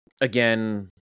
again